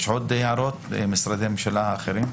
יש עוד הערות למשרדי ממשלה אחרים?